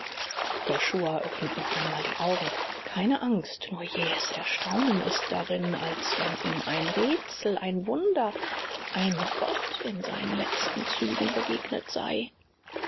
josua öffnet noch einmal die augen keine angst nur jähes erstaunen ist darin als wenn ihm ein rätsel ein wunder ein gott in seinen letzten zügen begegnet sei